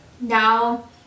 now